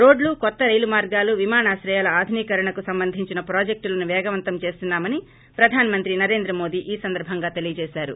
రోడ్లు కొత్త రైలు మార్గాలు విమానాశ్రయాల ఆధునీకరణకు సంబంధించిన ప్రాజెక్టులను వేగవంతం చేస్తున్నామని ప్రధాన మంత్రి నరేంద్ర మోదీ ఈ సందర్భంగా తెలియజేశారు